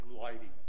lighting